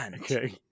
Okay